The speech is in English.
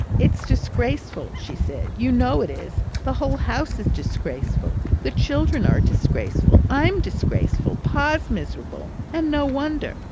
it's disgraceful, she said. you know it is. the whole house is disgraceful. the children are disgraceful. i'm disgraceful. pa's miserable, and no wonder!